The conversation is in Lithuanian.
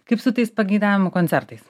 kaip su tais pageidavimų koncertais